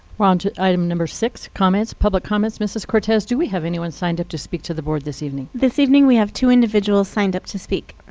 we're onto item number six, comments, public comments. mrs. cortez, do we have anyone signed up to speak to the board this evening? this evening, we have two individuals signed up to speak.